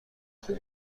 خوب